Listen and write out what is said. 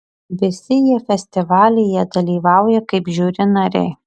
visi jie festivalyje dalyvauja kaip žiuri nariai